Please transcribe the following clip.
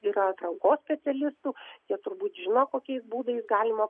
yra atrankos specialistų jie turbūt žino kokiais būdais galima